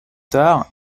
tard